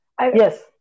Yes